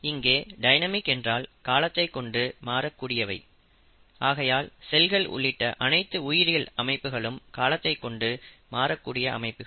இங்கே டைனமிக் என்றால் காலத்தைக் கொண்டு மாறக்கூடிவை ஆகையால் செல்கள் உள்ளிட்ட அனைத்து உயிரியல் அமைப்புகளும் காலத்தைக் கொண்டு மாறக்கூடிய அமைப்புகள்